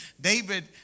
David